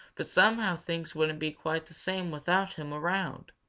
but somehow things wouldn't be quite the same without him around.